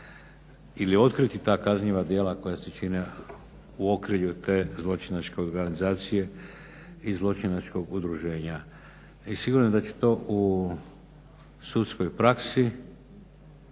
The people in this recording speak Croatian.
ili otkriti ta kažnjiva djela koja se čine u okrilju te zločinačke organizacije i zločinačkog udruženja. I sigurno je da će to u sudskoj praksi